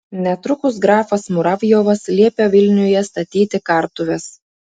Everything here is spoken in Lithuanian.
netrukus grafas muravjovas liepė vilniuje statyti kartuves